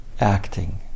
acting